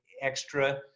extra